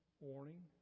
warning